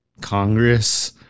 Congress